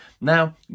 Now